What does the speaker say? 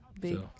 Big